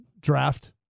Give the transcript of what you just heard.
draft